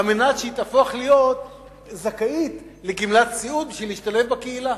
על מנת שהיא תהפוך להיות זכאית לגמלת סיעוד כדי להשתלב בקהילה.